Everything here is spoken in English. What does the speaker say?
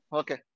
okay